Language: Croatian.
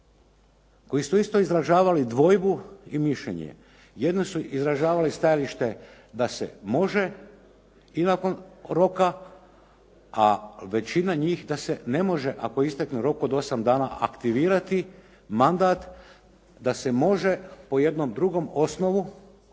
koji su isto izražavali dvojbu i mišljenje. Jedni su izražavali stajalište da se može i nakon roka, a većina njih da se ne može ako istekne rok od osam dana aktivirati mandat da se može po jednom drugom osnovu,